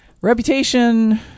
reputation